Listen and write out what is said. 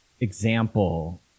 example